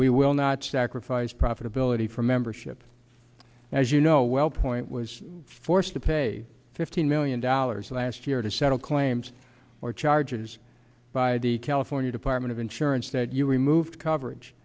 we will not sacrifice profitability for membership as you know wellpoint was forced to pay fifteen million dollars last year to settle claims or charges by the california department of insurance that you removed coverage